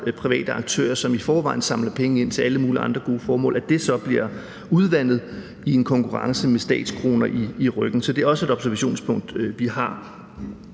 private aktører, som i forvejen samler penge ind til alle mulige andre gode formål, altså at det så bliver udvandet i en konkurrence med statskroner i ryggen. Så det er også et observationspunkt, vi har.